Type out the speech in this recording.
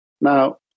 Now